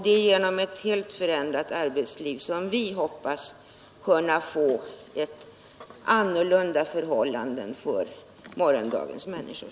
Det är genom ett helt förändrat arbetsliv som vi hoppas kunna få andra förhållanden för morgondagens människor.